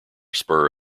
spur